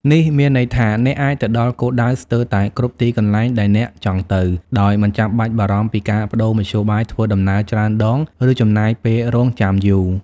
នេះមានន័យថា អ្នកអាចទៅដល់គោលដៅស្ទើរតែគ្រប់ទីកន្លែងដែលអ្នកចង់ទៅ ដោយមិនចាំបាច់បារម្ភពីការប្តូរមធ្យោបាយធ្វើដំណើរច្រើនដង ឬចំណាយពេលរង់ចាំយូរ។